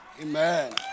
Amen